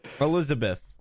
Elizabeth